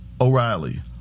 O'Reilly